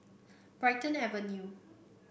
Brighton Avenue